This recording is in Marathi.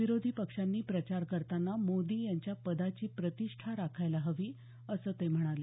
विरोधी पक्षांनी प्रचार करताना मोदी यांच्या पदाची प्रतिष्ठा राखायला हवी असं ते म्हणाले